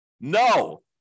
No